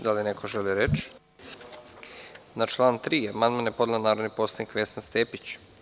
Da li neko želi reč? (Ne.) Na član 3. amandman je podnela narodni poslanikVesna Stepić.